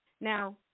Now